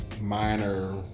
minor